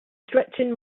stretching